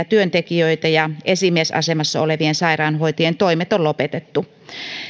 työntekijöitä ja esimiesasemassa olevien sairaanhoitajien toimet on lopetettu